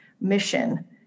mission